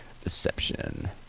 Deception